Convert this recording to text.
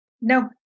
No